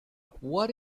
what